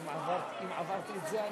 אין דבר כזה.